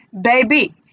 baby